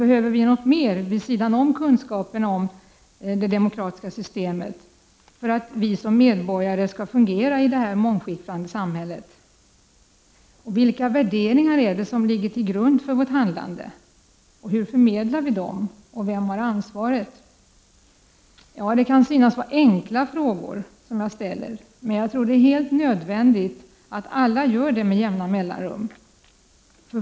Behöver vi något mer vid sidan av kunskaperna om det demokratiska systemet för att vi som medborgare skall fungera i det här mångskiftande samhället? Och vilka värderingar är det som ligger till grund för vårt handlande? Hur förmedlar vi dem? Och vem har ansvaret? Det kan synas vara enkla frågor som jag ställer. Men jag tror att det är helt nödvändigt att alla ställer dem med jämna mellanrum.